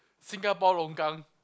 Singapore longkang